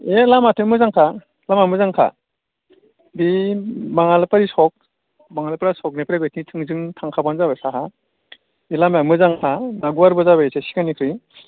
ए लामायाथ' मोजांखा लामा मोजांखा बि बाङालिबारि सख बाङालिफारा सखनिफ्राय बैखै थोंजों थांखाब्लानो जाबाय साहा बे लामाया मोजांखा दा गुवारबो जाबाय एसे सिगांनिख्रुय